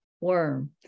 worm